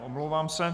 Omlouvám se.